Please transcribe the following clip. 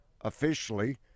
officially